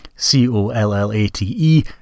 C-O-L-L-A-T-E